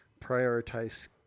prioritize